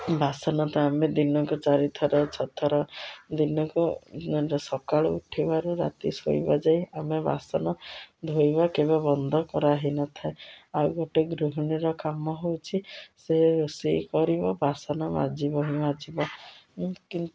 ବାସନ ତ ଆମେ ଦିନକୁ ଚାରିଥର ଛଥର ଦିନକୁ ସକାଳୁ ଉଠିବାରୁ ରାତି ଶୋଇବା ଯାଏ ଆମେ ବାସନ ଧୋଇବା କେବେ ବନ୍ଦ କରାହେଇନଥାଏ ଆଉ ଗୋଟେ ଗୃହିଣୀର କାମ ହେଉଛି ସେ ରୋଷେଇ କରିବ ବାସନ ମାଜିବ ହିଁ ମାଜିବ କିନ୍ତୁ